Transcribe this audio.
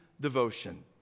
devotion